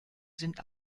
sind